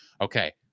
Okay